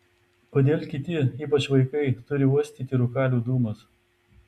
kodėl kiti ypač vaikai turi uostyti rūkalių dūmus